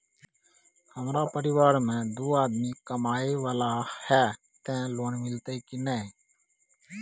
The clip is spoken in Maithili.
हमरा परिवार में दू आदमी कमाए वाला हे ते लोन मिलते की ने?